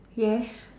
yes